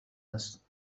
است